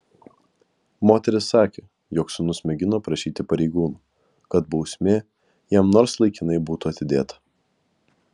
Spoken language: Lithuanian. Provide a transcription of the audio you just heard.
moteris sakė jog sūnus mėgino prašyti pareigūnų kad bausmė jam nors laikinai būtų atidėta